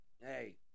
Hey